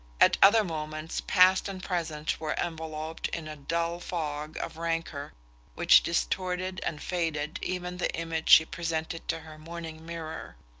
at other moments past and present were enveloped in a dull fog of rancour which distorted and faded even the image she presented to her morning mirror.